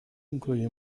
incluye